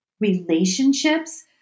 relationships